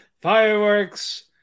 Fireworks